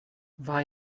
war